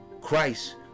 Christ